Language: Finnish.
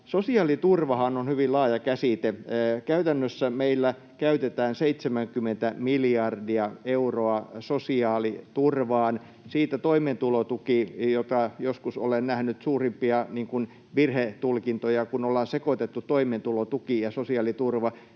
Sosiaaliturvahan on hyvin laaja käsite. Käytännössä meillä käytetään 70 miljardia euroa sosiaaliturvaan. Siitä toimeentulotuki, josta joskus olen nähnyt suurimpia virhetulkintoja, kun ollaan sekoitettu toimeentulotuki ja sosiaaliturva,